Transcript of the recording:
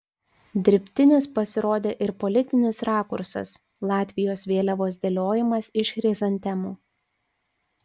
dirbtinis pasirodė ir politinis rakursas latvijos vėliavos dėliojimas iš chrizantemų